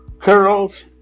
curls